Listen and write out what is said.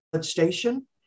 Station